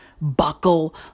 buckle